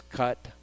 cut